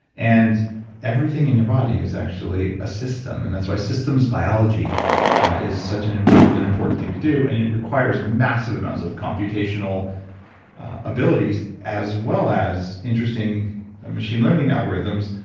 and everything in your body is actually a system. and that's why systems biology is such an important important thing to do. and it requires massive amounts of computational abilities as well as interesting machine learning algorithms,